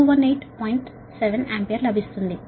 7 ampere గా లభిస్తుంది